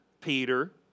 Peter